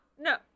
No